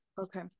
Okay